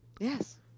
Yes